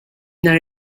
nhar